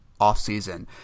offseason